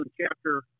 Chapter